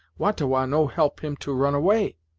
wah-ta-wah no help him to run away.